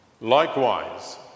Likewise